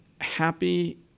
happy